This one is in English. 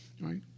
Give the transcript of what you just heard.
right